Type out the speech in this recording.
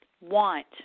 want